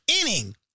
inning